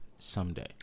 Someday